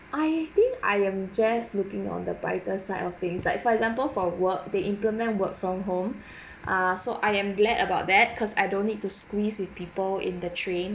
I think I am just looking on the brighter side of things like for example for work they implement work from home ah so I am glad about that cause I don't need to squeeze with people in the train